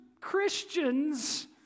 Christians